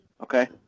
Okay